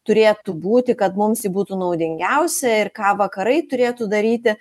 turėtų būti kad mums ji būtų naudingiausia ir ką vakarai turėtų daryti